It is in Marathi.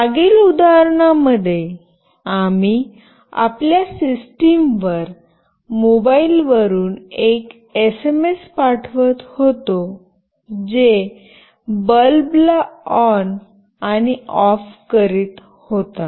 मागील उदाहरण मध्ये आम्ही आपल्या सिस्टम वर मोबाइलवरून एक एसएमएस पाठवत होतो जे बल्बला ऑन आणि ऑफ करीत होता